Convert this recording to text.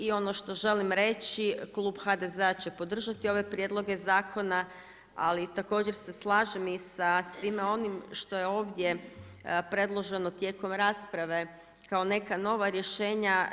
I ono što želim reći klub HDZ-a će podržati ove prijedloge zakona ali također se slažem i sa svime onim što je ovdje predloženo tijekom rasprave kao neka nova rješenja.